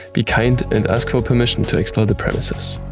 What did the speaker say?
be kind and ask for permission to explore the premises.